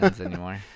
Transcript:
anymore